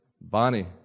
Bonnie